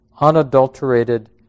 unadulterated